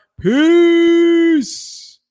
Peace